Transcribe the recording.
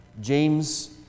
James